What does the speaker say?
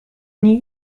new